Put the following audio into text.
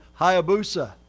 Hayabusa